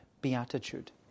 beatitude